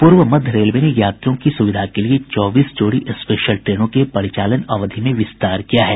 पूर्व मध्य रेलवे ने यात्रियों की सुविधा के लिए चौबीस जोड़ी स्पेशल ट्रेनों के परिचालन अवधि में विस्तार किया है